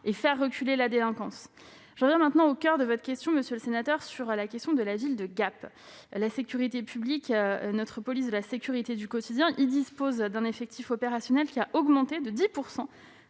de faire reculer la délinquance. J'en viens maintenant au coeur de votre question, monsieur le sénateur, qui concerne la ville de Gap. La sécurité publique, notre police de la sécurité du quotidien, y dispose d'un effectif opérationnel qui a augmenté de 10